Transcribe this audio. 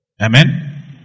Amen